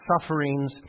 sufferings